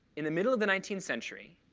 in the middle of the nineteenth century,